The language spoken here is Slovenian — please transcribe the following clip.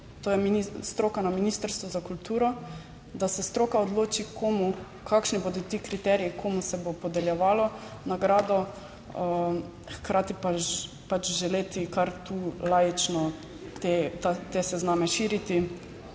to je stroka na Ministrstvu za kulturo, da se stroka odloči, komu, kakšni bodo ti kriteriji, komu se bo podeljevalo nagrado, hkrati pa pač želeti kar tu laično te sezname širiti